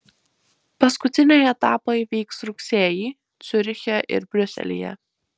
paskutiniai etapai vyks rugsėjį ciuriche ir briuselyje